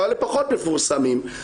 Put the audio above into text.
פחות מפורסמים,